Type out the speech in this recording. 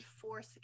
force